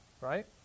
right